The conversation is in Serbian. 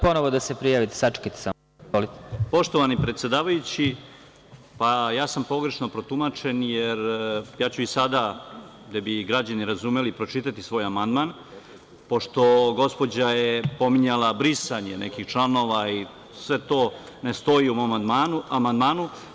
Poštovani predsedavajući, ja sam pogrešno protumačen jer ja ću i sada da bi građani razumeli pročitati svoj amandman, pošto gospođa je pominjala brisanje nekih članova i sve to ne stoji u mom amandmanu.